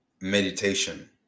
meditation